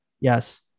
Yes